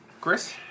Chris